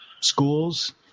schools